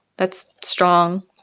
that's strong,